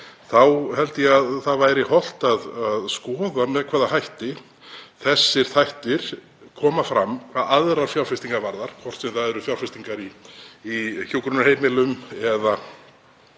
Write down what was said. þá held ég að það væri hollt að skoða með hvaða hætti þessir þættir koma fram hvað aðrar fjárfestingar varðar, hvort sem það eru fjárfestingar í hjúkrunarheimilum eða